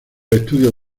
estudios